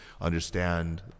understand